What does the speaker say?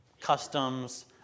customs